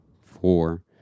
four